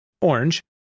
orange